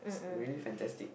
really fantastic